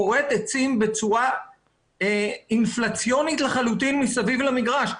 כורת עצים בצורה אינפלציונית לחלוטין מסביב למגרש,